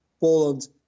Poland